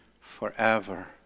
forever